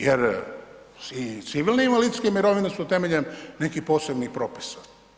Jer i civilne i invalidske mirovine su temeljem nekih posebnih propisa.